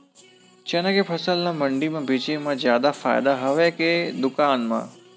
चना के फसल ल मंडी म बेचे म जादा फ़ायदा हवय के दुकान म?